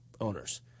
owners